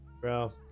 Bro